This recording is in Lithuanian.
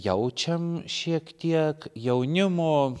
jaučiam šiek tiek jaunimo